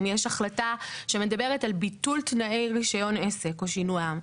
אם יש החלטה שמדברת על ביטול תנאי רישיון עסק או שינוים.